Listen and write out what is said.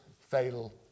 fatal